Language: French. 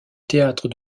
théâtre